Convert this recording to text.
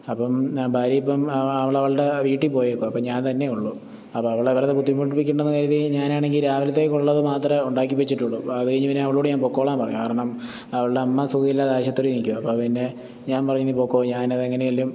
അപ്പം ഞാൻ ഭാര്യ ഇപ്പം അവൾ അവളുടെ വീട്ടിൽ പോയേക്കുവണ് അപ്പം ഞാൻ തന്നെ ഉള്ളു അപ്പം അവളെ വെറുതെ ബുദ്ധിമുട്ടിപ്പിക്കേണ്ടെന്ന് കരുതി ഞാനാണെങ്കിൽ രാവിലത്തേക്കുള്ളത് മാത്രമേ ഉണ്ടാക്കി വച്ചിട്ടുള്ളു അത് കഴിഞ്ഞ് പിന്നെ ഞാൻ അവളോട് ഞാൻ പൊക്കോളാൻ പറഞ്ഞു കാരണം അവളുടെ അമ്മ സുഖമില്ലാതെ ആശുപത്രിയിൽ നിൽക്കുവാണ് അപ്പം പിന്നെ ഞാൻ പറഞ്ഞു നീ പൊക്കോ ഞാൻ അത് എങ്ങനേലും